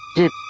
it